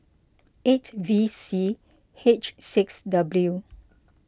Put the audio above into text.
eight V C H six W